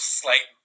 slight